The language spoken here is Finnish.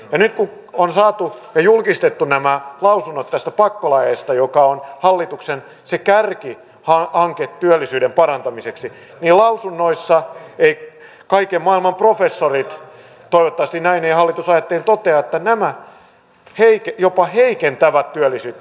ja nyt kun on saatu ja julkistettu nämä lausunnot näistä pakkolaeista jotka ovat hallituksen kärkihanke työllisyyden parantamiseksi niin lausunnoissa kaiken maailman professorit toivottavasti näin ei hallitus aio tehdä toteavat että nämä jopa heikentävät työllisyyttä